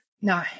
No